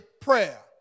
prayer